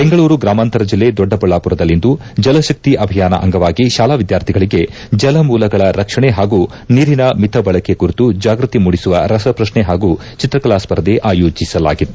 ಬೆಂಗಳೂರು ಗ್ರಾಮಾಂತರ ಜಿಲ್ಲೆಯ ದೊಡ್ಡಬಳ್ಳಾಪುರದಲ್ಲಿಂದು ಜಲಕಕ್ಷಿ ಅಭಿಯಾನ ಅಂಗವಾಗಿ ಶಾಲಾ ವಿದ್ಯಾರ್ಥಿಗಳಿಗೆ ಜಲಮೂಲಗಳ ರಕ್ಷಣೆ ಹಾಗೂ ನೀರಿನ ಮಿತಬಳಕೆ ಕುರಿತು ಜಾಗೃತಿ ಮೂಡಿಸುವ ರಸಪ್ರಶ್ನೆ ಹಾಗೂ ಚಿತ್ರಕಲಾ ಸ್ಪರ್ಧೆ ಆಯೋಜಿಸಲಾಗಿತ್ತು